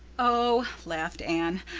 oh, laughed anne,